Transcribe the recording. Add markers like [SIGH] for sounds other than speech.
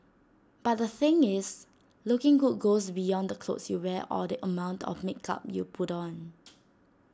but the thing is looking good goes beyond the clothes you wear or the amount of makeup you put on [NOISE]